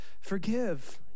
Forgive